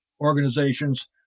organizations